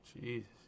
Jesus